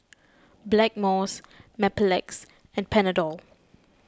Blackmores Mepilex and Panadol